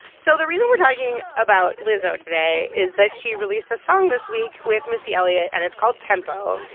so the reason we're talking about lizzo today is that she released a song this week with missy elliott. and it's called tempo.